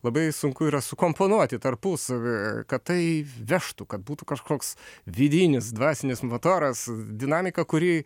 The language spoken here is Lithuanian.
labai sunku yra sukomponuoti tarpusavy kad tai vežtų kad būtų kažkoks vidinis dvasinis motoras dinamika kuri